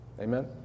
Amen